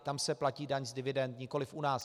Tam se platí daň z dividend, nikoliv u nás.